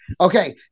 Okay